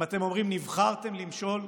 אם אתם אומרים שנבחרתם למשול,